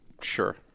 Sure